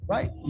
Right